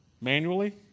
Manually